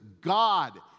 God